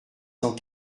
cent